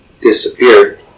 disappeared